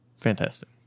Fantastic